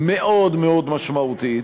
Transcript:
מאוד משמעותית.